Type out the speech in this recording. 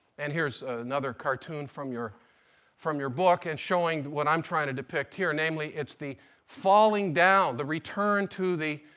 and here's another cartoon from your from your book and showing what i'm trying to depict here, namely it's the falling down, the return to the